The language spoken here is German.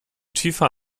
tiefer